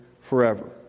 forever